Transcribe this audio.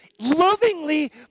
lovingly